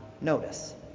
notice